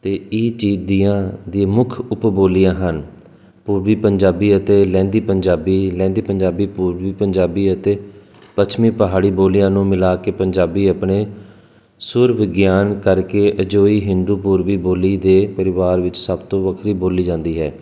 ਅਤੇ ਇਹ ਚੀਜ਼ ਦੀਆਂ ਦੇ ਮੁੱਖ ਉਪਬੋਲੀਆਂ ਹਨ ਪੂਰਬੀ ਪੰਜਾਬੀ ਅਤੇ ਲਹਿੰਦੀ ਪੰਜਾਬੀ ਲਹਿੰਦੀ ਪੰਜਾਬੀ ਪੂਰਬੀ ਪੰਜਾਬੀ ਅਤੇ ਪੱਛਮੀ ਪਹਾੜੀ ਬੋਲੀਆਂ ਨੂੰ ਮਿਲਾ ਕੇ ਪੰਜਾਬੀ ਆਪਣੇ ਸੁਰ ਵਿਗਿਆਨ ਕਰਕੇ ਅਜੋਕੀ ਹਿੰਦੂ ਪੂਰਵੀ ਬੋਲੀ ਦੇ ਪਰਿਵਾਰ ਵਿੱਚ ਸਭ ਤੋਂ ਵੱਖਰੀ ਬੋਲੀ ਜਾਂਦੀ ਹੈ